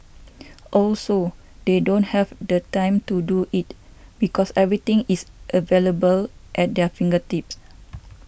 also they don't have the time to do it because everything is available at their fingertips